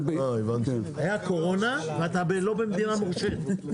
היה קורונה ואתה לא במדינה מורשית.